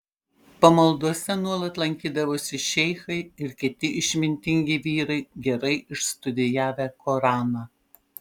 pamaldose nuolat lankydavosi šeichai ir kiti išmintingi vyrai gerai išstudijavę koraną